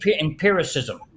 empiricism